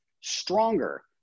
stronger